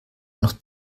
noch